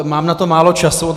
Mám na to málo času.